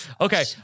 okay